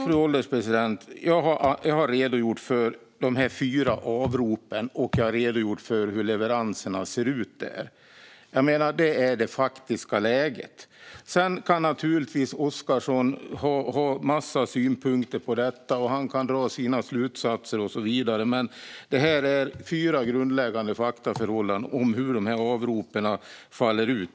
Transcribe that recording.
Fru ålderspresident! Jag har redogjort för de fyra avropen och för hur leveranserna ser ut. Det är det faktiska läget. Sedan kan Oscarsson naturligtvis ha en massa synpunkter på detta och dra sina slutsatser. Men detta är fyra grundläggande faktaförhållanden när det gäller hur dessa avrop faller ut.